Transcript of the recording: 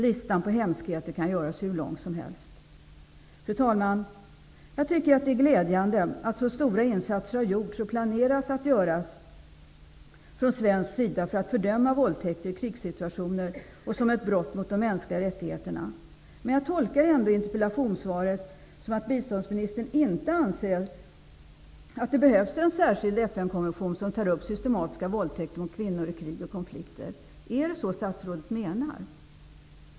Listan på hemskheter kan göras hur lång som helst. Fru talman! Jag tycker att det är glädjande att så stora insatser har gjorts, och planeras att göras, från svensk sida för att fördöma våldtäkter i krigssituationer och som ett brott mot de mänskliga rättigheterna. Men jag tolkar ändå interpellationssvaret som att biståndsministern inte anser att det behövs en särskild FN-konvention som tar upp systematiska våldtäkter mot kvinnor i krig och konflikter. Är det så statsrådet menar?